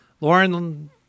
Lauren